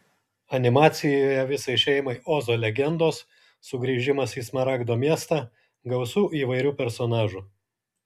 animacijoje visai šeimai ozo legendos sugrįžimas į smaragdo miestą gausu įvairių personažų